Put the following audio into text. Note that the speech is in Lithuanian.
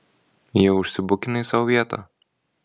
jau užsibukinai sau vietą